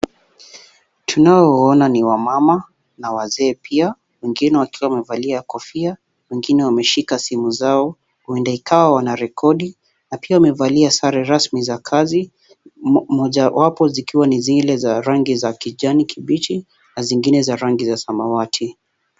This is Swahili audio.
Tunaona ni wamama na wazee pia wengine wakiwa wamevalia kofia, wengine wameshika simu zao. Huenda ikawa wanarekodi. Na pia wamevalia sare rasmi za kazi. Mojawapo zikiwa ni zile za rangi za kijani kibichi na zingine za rangi za samawati.